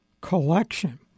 Collection